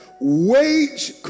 wage